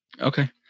Okay